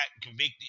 convicted